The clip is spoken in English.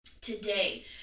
today